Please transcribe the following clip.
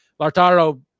Lartaro